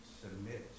submit